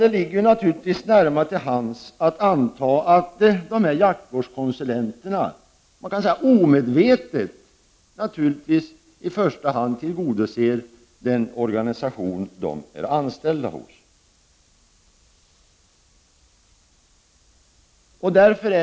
Det ligger naturligtvis nära till hands att anta att jaktvårds konsulenterna — man kan säga omedvetet — i första hand tillgodoser den organisation som de är anställda hos.